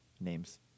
Names